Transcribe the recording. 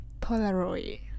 polaroid